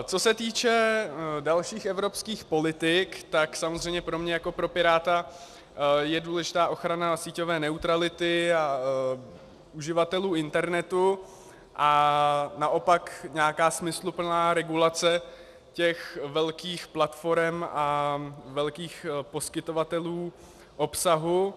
Co se týče dalších evropských politik, tak samozřejmě pro mě jako pro piráta je důležitá ochrana síťové neutrality uživatelů u internetu a naopak nějaká smysluplná regulace velkých platforem a velkých poskytovatelů obsahu.